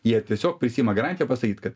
jie tiesiog prisiima garantiją pasakyt kad